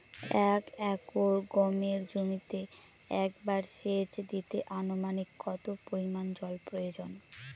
এক একর গমের জমিতে একবার শেচ দিতে অনুমানিক কত পরিমান জল প্রয়োজন?